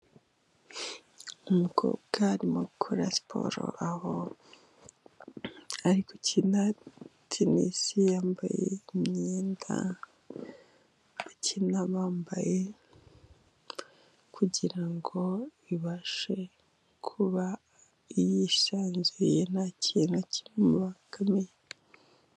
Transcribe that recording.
Umukobwa arimo gukora siporo, aho ari gukina tenisi yambaye imyenda bakina bambaye, kugira ngo abashe kuba yisanzuye ntakintu kimubangamiye.